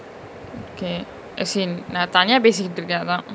okay as in நா தனியா பேசிட்டு இருக்க அதா:na thaniya pesitu iruka atha